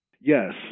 Yes